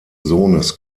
sohnes